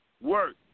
work